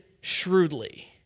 shrewdly